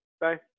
Bye